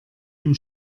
dem